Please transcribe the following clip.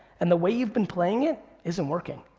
and the way you've been playing it isn't working.